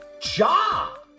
Job